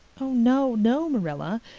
oh, no, no, marilla.